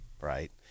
right